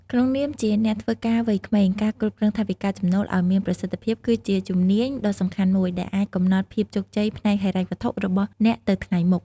ក្នុងនាមជាអ្នកធ្វើការវ័យក្មេង ការគ្រប់គ្រងថវិកាចំណូលឱ្យមានប្រសិទ្ធភាពគឺជាជំនាញដ៏សំខាន់មួយដែលអាចកំណត់ភាពជោគជ័យផ្នែកហិរញ្ញវត្ថុរបស់អ្នកទៅថ្ងៃមុខ។